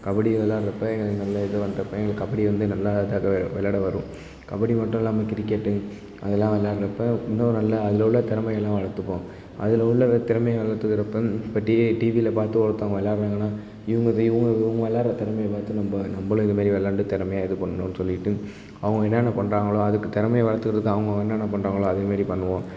கபடி விளாட்றப்ப எங்களுக்கு நல்ல இது வந்தப்போ எங்களுக்கு கபடி வந்து நல்லா இதாக விளையாட வரும் கபடி மட்டும் இல்லாமல் கிரிக்கெட்டு அதெலாம் விளாட்றப்ப இன்னும் நல்லா அதில் உள்ள திறமைகள்லாம் வளர்த்துப்போம் அதில் உள்ள திறமையை வளர்த்துக்குறப்ப இப்போ டி டிவியில் பார்த்து ஒருத்தவங்கள் விளாட்றாங்கன்னா இவங்க இப்போ இவங்க இவங்க விளாட்ற திறமைய பார்த்து நம்ம நம்மளும் இது மாரி விளாண்டு திறமையா இது பண்ணணும் சொல்லிகிட்டு அவங்க என்னென்ன பண்ணுறாங்களோ அதுக்கு திறமைய வளர்த்துக்குறதுக்கு அவங்க என்னென்ன பண்ணுறாங்களோ அதேமாரி பண்ணுவோம்